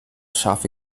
scharfe